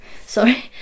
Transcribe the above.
Sorry